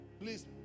please